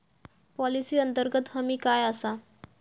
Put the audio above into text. Policy अंतर्गत हमी काय आसा?